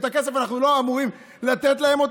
את הכסף אנחנו לא אמורים לתת להם,